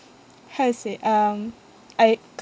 how to say um I